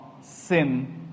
sin